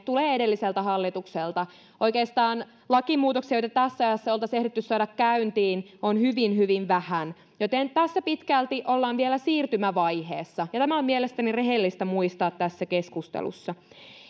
tulee edelliseltä hallitukselta oikeastaan lakimuutoksia joita tässä ajassa olisimme ehtineet saada käyntiin on hyvin hyvin vähän joten tässä pitkälti ollaan vielä siirtymävaiheessa ja tämä on mielestäni rehellistä muistaa tässä keskustelussa